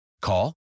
Call